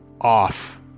off